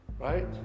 right